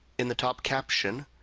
in the top caption,